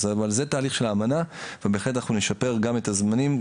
על זה תהליך של האמנה ובהחלט אנחנו נשפר גם את הזמנים,